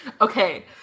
Okay